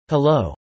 Hello